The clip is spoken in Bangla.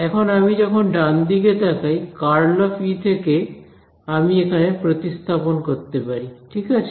এখন আমি যখন ডান দিকে তাকাই ∇× E থেকে আমি এখানে প্রতিস্থাপন করতে পারি ঠিক আছে